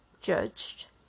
Judged